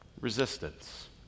resistance